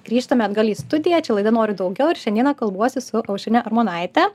grįžtame atgal į studiją čia laida noriu daugiau ir šiandieną kalbuosi su aušrine armonaite